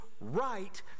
right